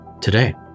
today